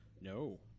No